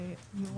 כגון